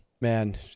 Man